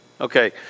Okay